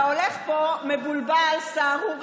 אתה הולך פה מבולבל, סהרורי,